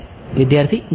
વિદ્યાર્થીગ્રીડમાં